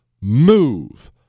move